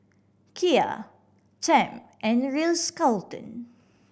Kia Term and the Ritz Carlton